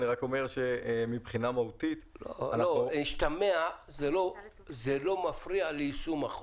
אני רק אומר שמבחינה מהותית --- השתמע שזה לא מפריע ליישום החוק.